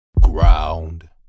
ground